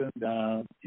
down